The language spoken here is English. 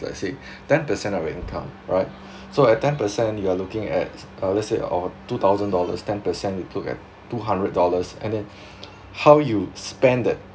let's say ten percent of your income right so at ten percent you are looking at uh let's say of a two thousand dollars ten percent we look at two hundred dollars and then how you spend that